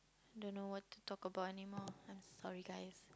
don't know what to talk about anymore I'm sorry guys